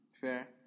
Fair